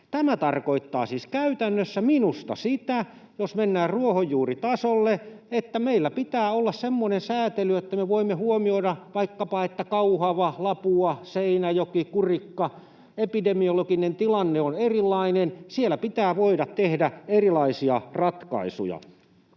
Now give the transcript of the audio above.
Tämä tarkoittaa siis käytännössä minusta sitä, jos mennään ruohonjuuritasolle, että meillä pitää olla semmoinen säätely, että me voimme huomioida vaikkapa sen, että kun Kauhavalla, Lapualla, Seinäjoella tai Kurikassa epidemiologinen tilanne on erilainen, niin siellä pitää voida tehdä erilaisia ratkaisuja.